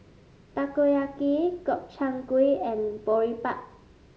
Takoyaki Gobchang Gui and Boribap